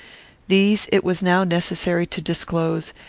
these it was now necessary to disclose,